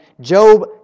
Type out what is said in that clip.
Job